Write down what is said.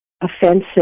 offensive